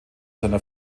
seiner